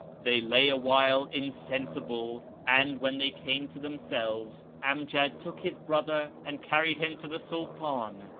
they lay awhile insensible and, when they came to themselves, amjad took his brother and carried him to the sultan,